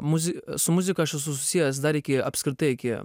muzi su muzika aš esu susijęs dar iki apskritai iki